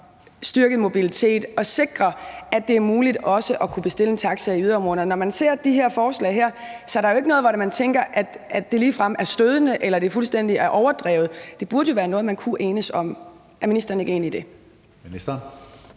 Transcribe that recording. styrket mobilitet og sikre, at det er muligt også at kunne bestille en taxa i yderområderne. Når man ser på de her forslag, er der jo ikke noget, hvor man tænker, at det ligefrem er stødende eller det er fuldstændig overdrevet. Det burde jo være noget, man kunne enes om. Er ministeren ikke enig i det?